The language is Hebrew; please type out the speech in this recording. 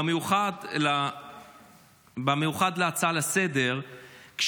במיוחד להצעה לסדר-היום,